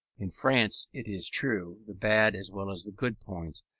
in france, it is true, the bad as well as the good points,